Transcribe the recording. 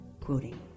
quoting